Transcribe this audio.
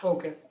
Okay